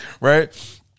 right